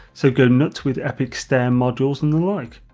so go nuts with epic stair modules and the like.